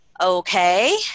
okay